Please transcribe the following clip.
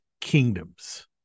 kingdoms